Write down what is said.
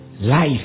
life